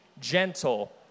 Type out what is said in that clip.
gentle